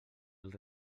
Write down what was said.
els